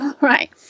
right